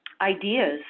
ideas